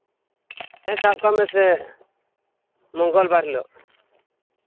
ᱦᱮᱸ ᱥᱟᱵ ᱠᱟᱜ ᱢᱮᱥᱮ ᱢᱚᱝᱜᱚᱞᱵᱟᱨ ᱦᱤᱞᱳᱜ